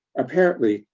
apparently,